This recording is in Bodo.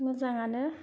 मोजाङानो